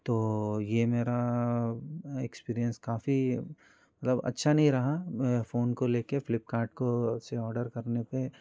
तो ये मेरा एक्सपीरियंस काफ़ी मतलब अच्छा नहीं रहा फ़ोन को ले कर फ्लिप्कार्ट को से ऑर्डर करने पर